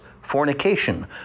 Fornication